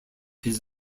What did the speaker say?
his